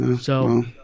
So-